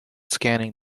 scanning